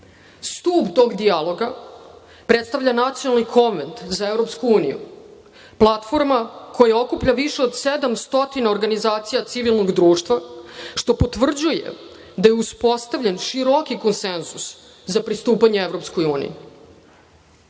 Stub tog dijaloga predstavlja nacionalni konvent za EU, platforma koja okuplja više od 700 organizacija civilnog društva, što potvrđuje da je uspostavljen široki konsenzus za pristupanje